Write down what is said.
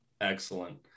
Excellent